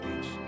Beach